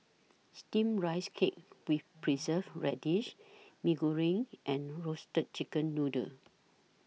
Steamed Rice Cake with Preserved Radish Mee Goreng and Roasted Chicken Noodle